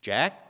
Jack